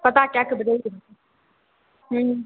पता कैकऽ बतैयौ ने हूँ